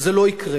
זה לא יקרה.